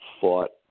fought